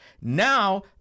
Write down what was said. Now